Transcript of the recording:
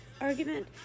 argument